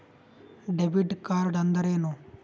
Debit ಕಾರ್ಡ್ಅಂದರೇನು?